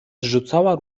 zrzucała